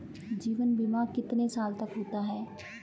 जीवन बीमा कितने साल तक का होता है?